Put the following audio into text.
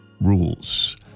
rules